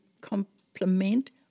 complement